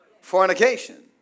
fornication